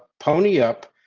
pony up.